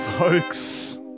Folks